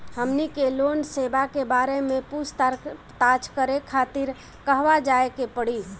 हमनी के लोन सेबा के बारे में पूछताछ करे खातिर कहवा जाए के पड़ी?